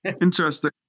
Interesting